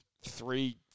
three